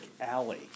alley